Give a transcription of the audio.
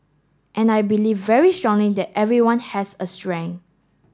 and I believe very strongly that everyone has a strength